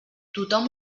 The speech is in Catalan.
tothom